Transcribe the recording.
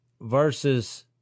versus